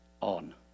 on